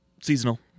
seasonal